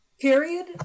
Period